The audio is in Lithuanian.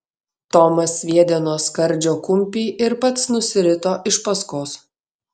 tomas sviedė nuo skardžio kumpį ir pats nusirito iš paskos